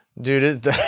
dude